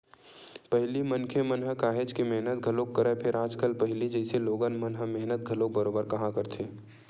पहिली मनखे मन ह काहेच के मेहनत घलोक करय, फेर आजकल पहिली जइसे लोगन मन ह मेहनत घलोक बरोबर काँहा करथे